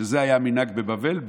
שזה היה המנהג בבבל.